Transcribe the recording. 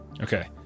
Okay